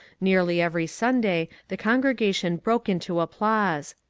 nearly every sunday the con gregation broke into applause.